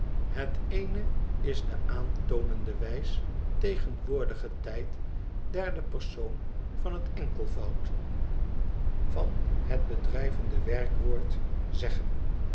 het eene is de aantoonende wijs tegenwoordige tijd derde persoon van het enkelvoud van het bedrijvende werkwoord zeggen